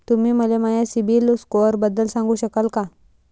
तुम्ही मले माया सीबील स्कोअरबद्दल सांगू शकाल का?